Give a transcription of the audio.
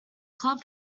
club